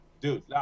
dude